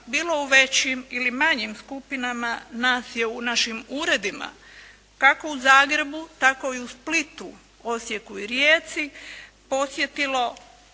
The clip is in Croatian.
bilo u većim ili manjim skupinama nas je u našim uredima, kako u Zagrebu tako i u Splitu, Osijeku i Rijeci, posjetilo